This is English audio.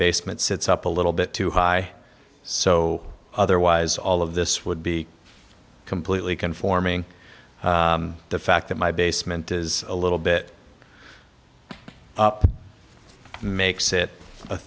basement sits up a little bit too high so otherwise all of this would be completely conforming the fact that my basement is a little bit up makes it